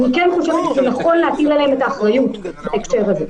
אני כן חושבת שנכון להטיל עליהם את האחריות בהקשר הזה.